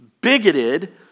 bigoted